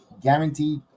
Guaranteed